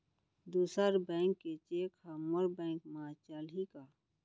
दूसर बैंक के चेक ह मोर बैंक म चलही का?